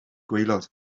gwaelod